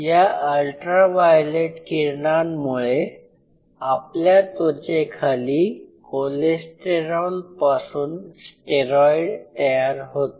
या ultra violet किरणांमुळे आपल्या त्वचेखाली कॉलेस्टेरॉल पासून स्टेरॉईड तयार होते